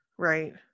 Right